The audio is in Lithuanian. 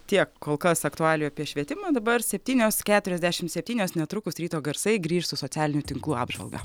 tiek kol kas aktualijų apie švietimą dabar septynios keturiasdešimt septynios netrukus ryto garsai grįš su socialinių tinklų apžvalga